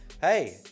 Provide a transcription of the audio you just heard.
hey